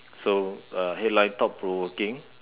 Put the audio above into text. so uh headline thought provoking